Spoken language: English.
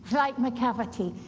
like macavity,